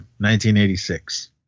1986